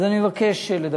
אז גם אני מבקש לדבר,